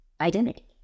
identity